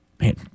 Man